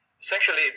essentially